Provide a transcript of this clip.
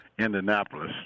Indianapolis